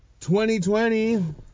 2020